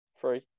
three